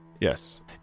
yes